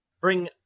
bring